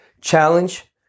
challenge